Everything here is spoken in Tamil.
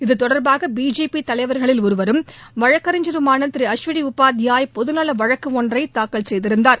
இது தொடர்பாக பிஜேபி தலைவர்களில் ஒருவரும் வழக்கறிஞருமான திரு அஸ்வினி உபாத்யாய் பொதுநல வழக்கு ஒன்றை தாக்கல செய்திருந்தார்